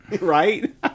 Right